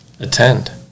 attend